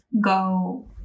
go